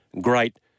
great